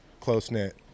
close-knit